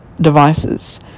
devices